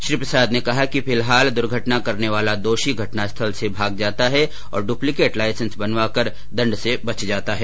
श्री प्रसाद ने कहा कि फिलहाल दुर्घटना करने वाला दोषी घटनास्थल से भाग जाता है और डुपलीकेट लाइसेंस बनवाकर दंड र्स बच जाता है